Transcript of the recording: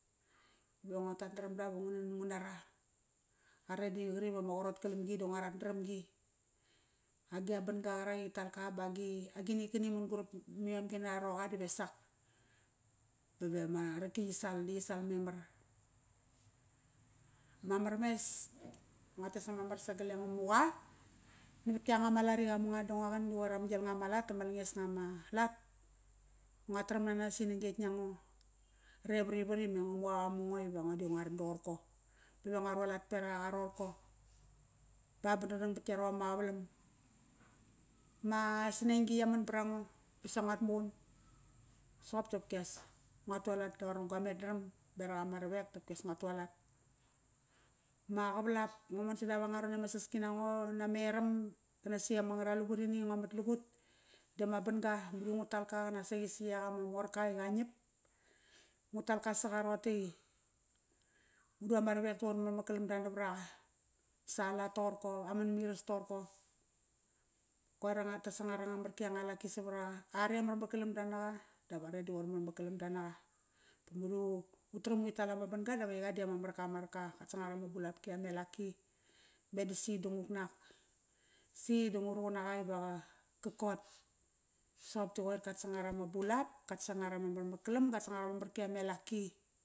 Ive ngua tat naramba ba ngu nan ngu nara. Are di qari bama qarotgalamgi da ngua rat naramgi. Agi a banga qarak i ritalka ba agini qarkani mangurap ma iom yi sal ba yi sal memar. Mamar mes. Nguates ama mar sagale Ngamuqa navat ianga ma lat i qamunga da ngua qan i qoir ama gilnga ma lat da ma langesnga ma lat. Ngua taram nanas i nagetk nangore varivat ime Ngamuqa qamungo ve ngo di nguaran toqorko. Bave ngua rualat beraq aqa roqorko ba ba dangdang vat iaro ama qavalam. Ma sneng-gi ia man varango, ba sanguat muqun soqop da qopkias ngua tualat toqor na gua met naram beraq ama ravek da qopkias ngua tualat. Ma qavalap ngua mon sa da'ap angararon iama saski nango roqon a meram qunaksi ama ngara lugurini i ngua mat lugut dama ban ga i madu ngu talka qanak saqi si iak ama morka i qa ngiap. Ngu talka saqa roqote i madu ama ravek di qoir marmar kalam da navaraqa. Sa lat toqorko ba man miras toqorko koir anga marki anga elaki savaraqa. Are marmar kalam da navaraqa dap are di qoir marmar kalam da naqa utaram uri tal ama ban ga dap aiqa di ama marka ama raka. Qat sangar ama bulapki a melaki. Meda si di nguk nak. Si da ngu ruqun naqa ive qa kot. qat sangar ama marmarkalam, qat sangar ama marki amelaki